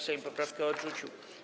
Sejm poprawkę odrzucił.